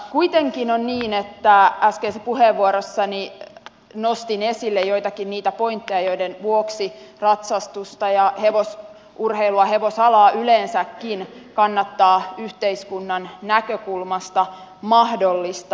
kuitenkin on niin että äskeisessä puheenvuorossani nostin esille joitakin niitä pointteja joiden vuoksi ratsastusta ja hevosurheilua hevosalaa yleensäkin kannattaa yhteiskunnan näkökulmasta mahdollistaa